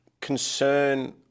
concern